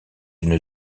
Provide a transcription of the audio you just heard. une